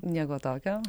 nieko tokio